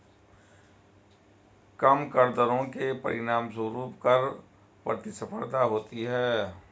कम कर दरों के परिणामस्वरूप कर प्रतिस्पर्धा होती है